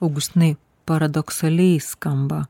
augustinai paradoksaliai skamba